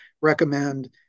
recommend